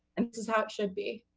and this is how it should be.